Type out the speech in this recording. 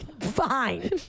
fine